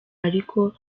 ariko